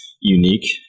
unique